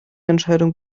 entscheidung